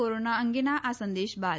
corona અંગેના આ સંદેશ બાદ